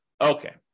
Okay